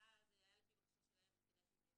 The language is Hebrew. היה לפי בקשה שלהם, אז כדאי שהיא תהיה פה.